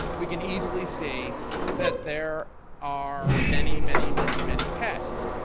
we can easily see that there are many, many, many, many tests.